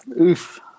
Oof